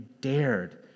dared